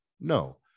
No